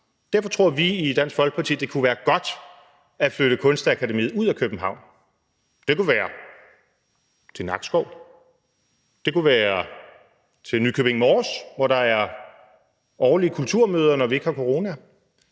Derfor tror vi i Dansk Folkeparti, at det kunne være godt at flytte Kunstakademiet ud af København. Det kunne være til Nakskov; det kunne være til Nykøbing Mors, hvor der er årlige kulturmøder, når vi ikke har corona;